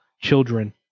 children